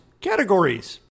categories